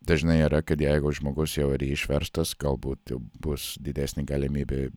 dažnai yra kad jeigu žmogus jau yra išverstas galbūt jau bus didesnė galimybė